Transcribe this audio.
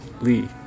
Lee